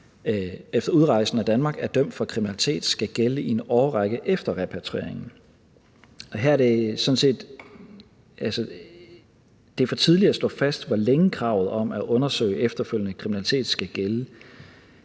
efter udrejsen af Danmark er dømt for kriminalitet, skal gælde i en årrække efter repatrieringen. Det er for tidligt at slå fast, hvor længe kravet om at undersøge efterfølgende kriminalitet skal gælde,